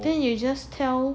then you just tell